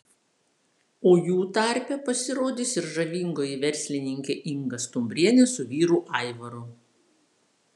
o jų tarpe pasirodys ir žavingoji verslininkė inga stumbrienė su vyru aivaru